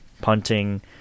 punting